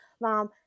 mom